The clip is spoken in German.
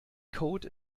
code